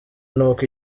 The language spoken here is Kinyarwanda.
n’uko